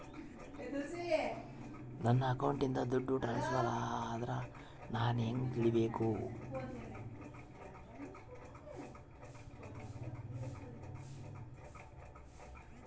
ನನ್ನ ಅಕೌಂಟಿಂದ ದುಡ್ಡು ಟ್ರಾನ್ಸ್ಫರ್ ಆದ್ರ ನಾನು ಹೆಂಗ ತಿಳಕಬೇಕು?